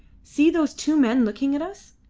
see those two men looking at us.